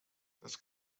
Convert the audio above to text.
das